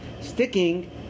sticking